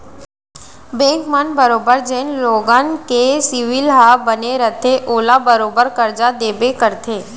bank मन बरोबर जेन लोगन के सिविल ह बने रइथे ओला बरोबर करजा देबे करथे